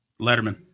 Letterman